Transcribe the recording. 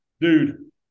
dude